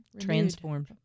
Transformed